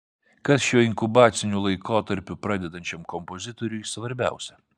kas šiuo inkubaciniu laikotarpiu pradedančiam kompozitoriui svarbiausia